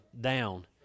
down